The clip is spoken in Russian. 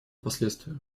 последствия